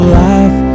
life